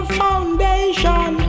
foundation